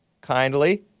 Kindly